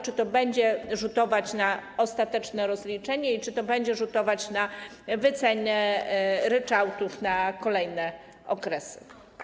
Czy to będzie rzutować na ostateczne rozliczenie i czy to będzie rzutować na wycenę ryczałtów na kolejne okresy?